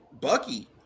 Bucky